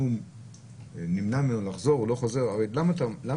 אתה מונע ממנו לצאת כי אחר